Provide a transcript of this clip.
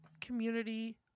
community